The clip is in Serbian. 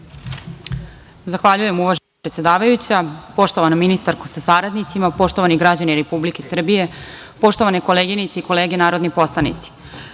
Zahvaljujem uvažena predsedavajuća. Poštovana ministarko sa saradnicima, poštovani građani Republike Srbije, poštovane koleginice i kolege narodni poslanici,